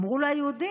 אמרו לו היהודים: